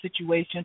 situation